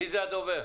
מי הדובר?